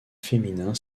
féminin